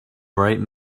bright